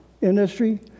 industry